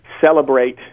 celebrate